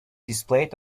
displayed